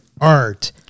art